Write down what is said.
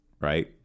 right